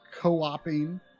co-oping